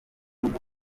rugo